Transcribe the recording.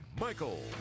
Michael